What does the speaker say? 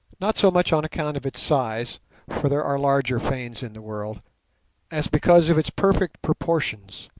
not so much on account of its size for there are larger fanes in the world as because of its perfect proportions,